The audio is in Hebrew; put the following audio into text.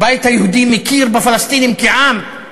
הבית היהודי מכיר בפלסטינים כעם?